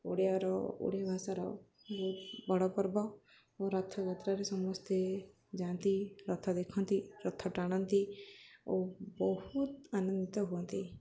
ଓଡ଼ିଆର ଓଡ଼ିଆ ଭାଷାର ବହୁତ ବଡ଼ ପର୍ବ ଓ ରଥଯାତ୍ରାରେ ସମସ୍ତେ ଯାଆନ୍ତି ରଥ ଦେଖନ୍ତି ରଥ ଟାଣନ୍ତି ଓ ବହୁତ ଆନନ୍ଦିତ ହୁଅନ୍ତି